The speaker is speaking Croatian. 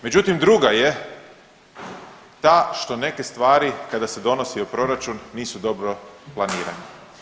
Međutim, druga je ta što neke stvari, kada se donosio proračun nisu dobro planirane.